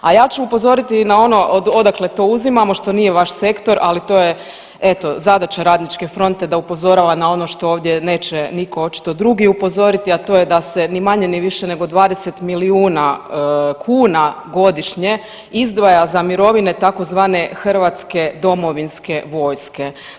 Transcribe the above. A ja ću upozoriti na ono odakle to uzimamo što nije vaš sektor, ali to je eto zadaća Radničke fronte da upozorava na ono što ovdje neće nitko očito drugi upozoriti, a to je da se ni manje ni više nego 20 milijuna kuna godišnje izdvaja za mirovine tzv. hrvatske domovinske vojske.